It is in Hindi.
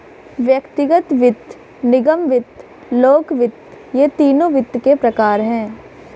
व्यक्तिगत वित्त, निगम वित्त, लोक वित्त ये तीनों वित्त के प्रकार हैं